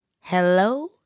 Hello